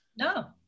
No